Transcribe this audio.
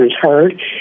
heard